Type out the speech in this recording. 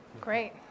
Great